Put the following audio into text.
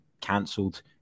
cancelled